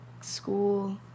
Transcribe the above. school